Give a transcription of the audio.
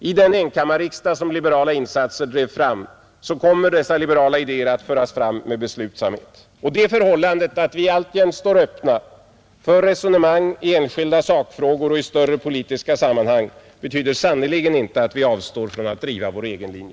I den enkammarriksdag som liberala insatser drev fram kommer dessa liberala idéer att föras fram med beslutsamhet. Det förhållandet att vi alltjämt står öppna för resonemang i enskilda sakfrågor och i större politiska sammanhang betyder sannerligen inte att vi avstår från att driva vår egen linje.